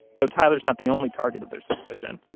though tyler's not the only target of their suspicion.